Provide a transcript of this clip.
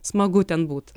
smagu ten būt